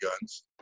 guns